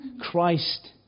Christ